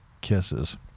Kisses